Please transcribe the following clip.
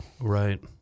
Right